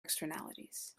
externalities